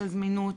של זמינות,